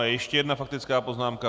Ještě jedna faktická poznámka.